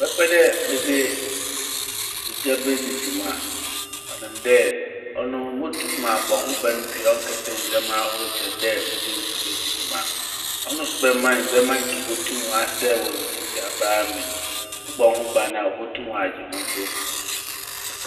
Mɛpɛ dɛ medze ogya bedzi dwuma ɔnam dɛ ɔno motum mabɔ ho ban pii a ɔnnkɛsɛe ndzɛmba ahorow kyɛn dɛ medze nsu bedzi dwuma. Ɔno so bɛma ndzɛmba a nkyɛ obotum wasɛe wɔ mber tsiabaa mu n', ebɔ ho ban a obotum wɔagye hɔn so esi hɔ.